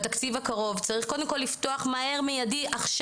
בתקציב הקרוב צריך קודם כל לפתוח מהר ועכשיו